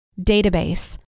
Database